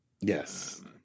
yes